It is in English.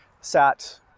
sat